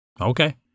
Okay